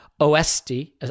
OSD